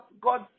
God